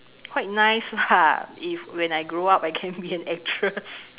quite nice lah if when I grow up I can be an actress